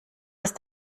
ist